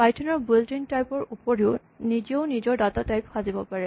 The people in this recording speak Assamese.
পাইথন ৰ বুইল্ট ইন টাইপ ৰ ওপৰিও নিজেও নিজৰ ডাটা টাইপ সাজিব পাৰে